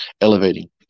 elevating